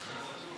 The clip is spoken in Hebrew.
חברי חברי הכנסת,